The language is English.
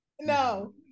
no